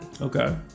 Okay